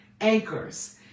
anchors